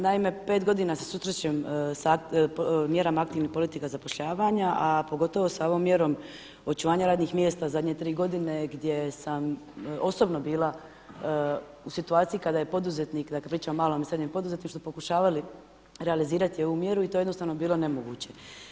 Naime, pet godina se susrećem sa mjerama aktivne politike zapošljavanja, a pogotovo sa ovom mjerom očuvanja radnih mjesta u zadnje tri godine gdje sam osobno bila u situaciji kada je poduzetnik, dakle pričam o malom i srednjem poduzetništvu realizirati ovu mjeru i to je jednostavno bilo nemoguće.